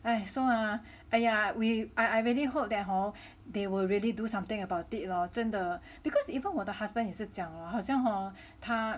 !aiya! so ah !aiya! we I I really hope that hor they will really do something about it lor 真的 because even 我的 husband 也是讲哦好像 hor 他